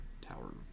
Tower